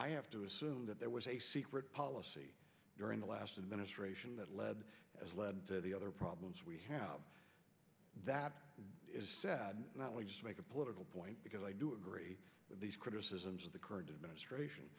i have to assume that there was a secret policy during the last administration that led as led to the other problems we have that not only just make a political point because i do agree with these criticisms of the current administration